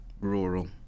Rural